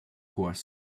course